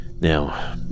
now